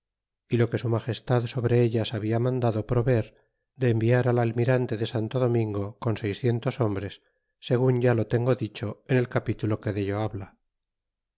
y lo que su magestad sobre ellas habla mandado proveer de enviar al almirante de santo domingo con seiscientos hombres segun ya lo tengo dicho en el capitulo que dello habla